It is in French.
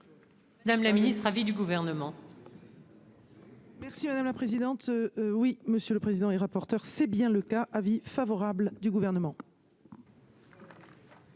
Madame la ministre, avis du gouvernement. Merci madame la présidente, oui monsieur le président et rapporteur, c'est bien le cas avis favorable du gouvernement.